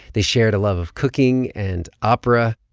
they shared a love of cooking and opera.